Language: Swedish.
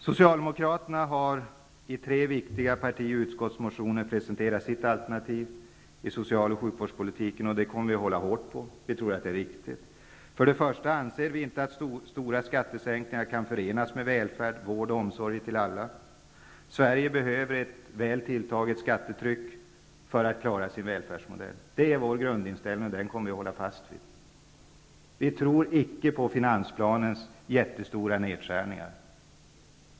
Socialdemokraterna har i tre viktiga partimotioner presenterat sitt alternativ till social och sjukvårdspolitik. Vi kommer att hålla hårt på det alternativet. Vi tror att det är riktigt. För det första anser vi inte att stora skattesänkningar kan förenas med välfärd, vård och omsorg till alla. Sverige behöver ett väl tilltaget skattetryck för att klara välfärdsmodellen. Det är vår grundinställning, och den kommer vi att hålla fast vid. Vi tror inte på finansplanens förslag till jättestora nedskärningar.